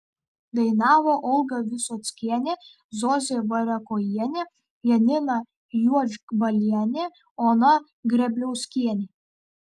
dainavo olga visockienė zosė variakojienė janina juodžbalienė ona grebliauskienė